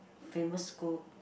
famous school